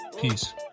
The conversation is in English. Peace